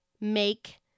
make